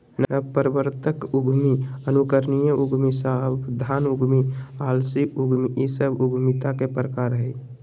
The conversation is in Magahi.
नवप्रवर्तक उद्यमी, अनुकरणीय उद्यमी, सावधान उद्यमी, आलसी उद्यमी इ सब उद्यमिता के प्रकार हइ